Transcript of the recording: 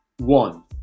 One